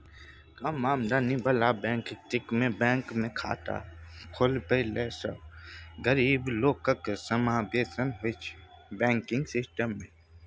कम आमदनी बला बेकतीकेँ बैंकमे खाता खोलबेलासँ गरीब लोकक समाबेशन होइ छै बैंकिंग सिस्टम मे